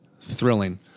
Thrilling